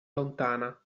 lontana